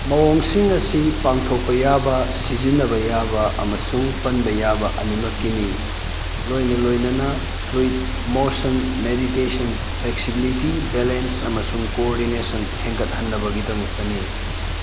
ꯃꯑꯣꯡꯁꯤꯡ ꯑꯁꯤ ꯄꯥꯡꯊꯣꯛꯄ ꯌꯥꯕ ꯁꯤꯖꯤꯟꯅꯕ ꯌꯥꯕ ꯑꯃꯁꯨꯡ ꯄꯟꯕ ꯌꯥꯕ ꯑꯅꯤꯃꯛꯀꯤꯅꯤ ꯂꯣꯏꯅ ꯂꯣꯏꯅꯅ fluid motion meditation flexibility balance ꯑꯃꯁꯨꯡ ꯀꯣꯑꯣꯔꯗꯤꯅꯦꯁꯟ ꯍꯦꯟꯒꯠꯍꯟꯅꯕꯒꯤꯗꯃꯛꯇꯅꯤ